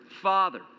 Father